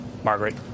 Margaret